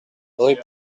rue